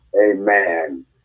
Amen